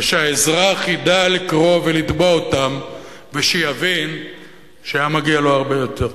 ושהאזרח ידע לקרוא ולתבוע אותם ושיבין שהיה מגיע לו הרבה יותר.